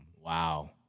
Wow